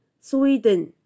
Sweden